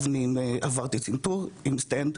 עברתי צנתור עם סטנט,